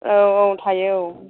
औ औ थायो औ